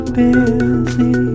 busy